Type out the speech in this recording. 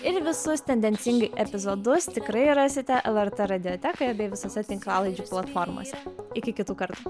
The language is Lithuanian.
ir visus tendencingai epizodus tikrai rasite lrt radiotekoje bei visose tinklalaidžių platformose iki kitų kartų